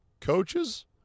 coaches